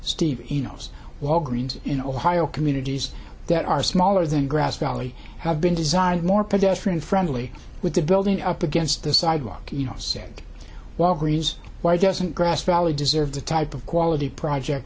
walgreens in ohio communities that are smaller than grass valley have been designed more pedestrian friendly with the building up against the sidewalk you know sand while freeze why doesn't grasp really deserve the type of quality project